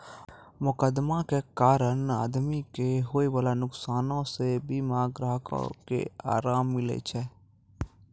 मोकदमा के कारण आदमी के होयबाला नुकसानो से बीमा ग्राहको के अराम मिलै छै